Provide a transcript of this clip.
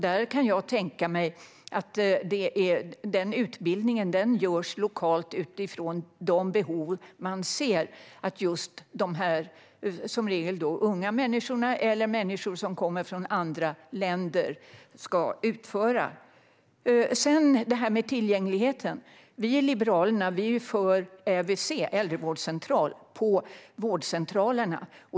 Jag kan tänka mig att den utbildningen görs lokalt utifrån de uppgifter som man ser att just de här människorna - de är som regel unga eller kommer från andra länder - ska utföra. När det gäller tillgängligheten är vi i Liberalerna för en ÄVC, äldrevårdscentral, på vårdcentralerna.